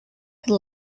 could